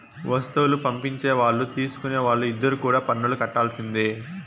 వస్తువులు పంపించే వాళ్ళు తీసుకునే వాళ్ళు ఇద్దరు కూడా పన్నులు కట్టాల్సిందే